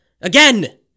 Again